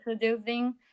introducing